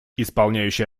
исполняющий